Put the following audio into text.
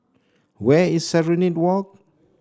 where is Serenade Walk